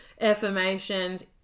affirmations